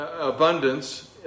abundance